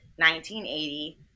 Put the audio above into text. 1980